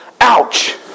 Ouch